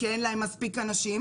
כי אין להם מספיק אנשים,